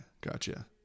Gotcha